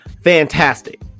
fantastic